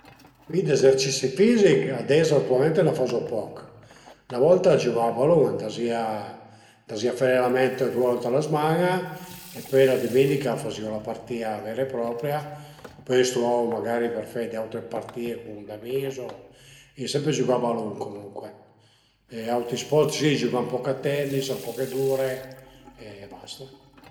Mi d'ezercisi fisich atualment ades ën fazu poch, 'na volta giügavu a balun, andazìa andazìa fe alenament due volte a la zman-a e pöi la düminica fazìu la partìa vera e propria, pöi i s'truvavu magari për fe d'autre partì cun d'amis o ai sempre giügà a balun comuncue e auti sport si ai giügà ën poch a tennis ën po d'ure e basta